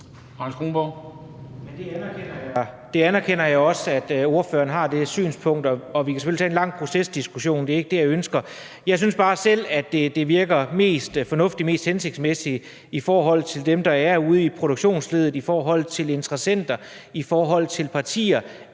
Jeg anerkender også, at ordføreren har det synspunkt, og vi kan selvfølgelig tage en lang procesdiskussion, men det er ikke det, jeg ønsker. Jeg synes bare selv, det virker mest fornuftigt, mest hensigtsmæssigt i forhold til dem, der er ude i produktionsleddet, i forhold til interessenter, i forhold til partier,